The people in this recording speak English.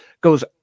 goes